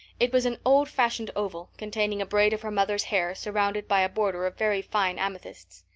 it was an old-fashioned oval, containing a braid of her mother's hair, surrounded by a border of very fine amethysts.